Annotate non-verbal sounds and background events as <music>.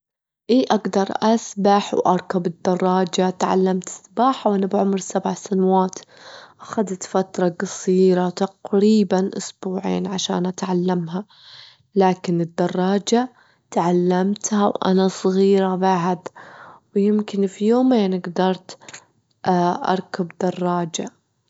إيه أجدر أسبح وأركب الدراجة، تعلمت السباحة وأنا بعمر سبع سنوات، أخدت فترة قصيرة تقريبًا أسبوعين عشان أتعلمها، لكن الدراجة تعلمتها وأنا صغيرة بعد، ويمكن في يومين أنا جدرت <hesitation> أركب الدراجة.